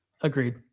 agreed